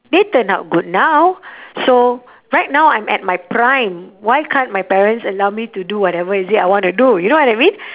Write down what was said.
they turn out good now so right now I'm at my prime why can't my parents allow me to do whatever is it I want to do you know what I mean